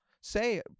say